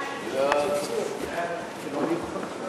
סעיפים 1